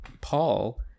Paul